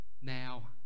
now